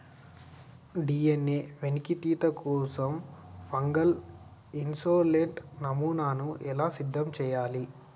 DNA వెలికితీత కోసం fungal isolate నమూనాను ఎలా సిద్ధం చెయ్యాలి?